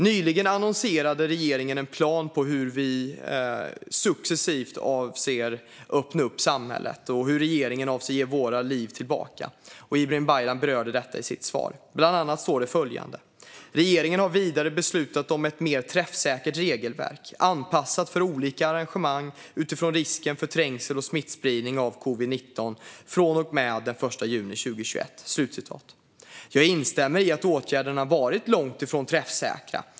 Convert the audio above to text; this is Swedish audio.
Nyligen annonserade regeringen en plan för hur man avser att successivt öppna upp samhället och ge oss våra liv tillbaka. Ibrahim Baylan berörde detta i sitt svar. Han sa bland annat: "Regeringen har vidare beslutat om ett mer träffsäkert regelverk, anpassat för olika arrangemang, utifrån risken för trängsel och smittspridning av covid-19 från och med den 1 juni 2021." Jag instämmer i att åtgärderna har varit långt från träffsäkra.